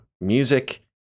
Music